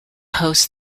hosts